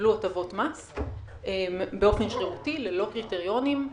שקיבלו הטבות מס באופן שרירותי ללא קריטריונים.